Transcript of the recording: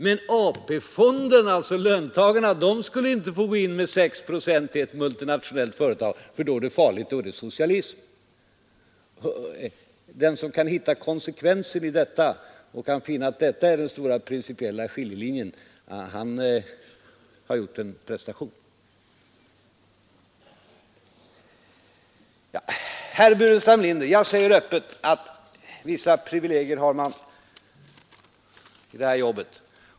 Men AP-fonder 145 na och löntagarna skulle inte få gå in med sex procent i ett multinationellt företag, därför att då var det farligt, då var det socialism. Den som kan hitta konsekvensen i detta och finna att det är den stora principiella skiljelinjen har gjort en prestation. Herr Burenstam Linder, jag säger öppet att vissa privilegier har man i det här jobbet.